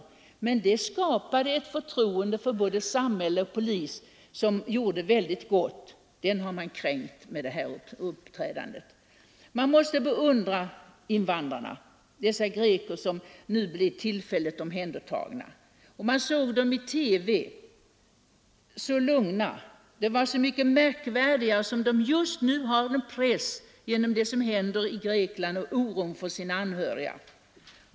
Det skapades på det här sättet ett förtroende för både samhället och polisen som gjorde väldigt gott. Det förtroendet har polisen nu kränkt genom sitt uppträdande. Man måste beundra invandrarna, dessa greker som nu blev tillfälligt omhändertagna. Man såg i TV hur lugnt de uppträdde. Det var så mycket märkvärdigare som de just nu är utsatta för press genom det som händer i Grekland och genom oron för sina anhöriga där.